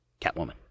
Catwoman